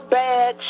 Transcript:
bad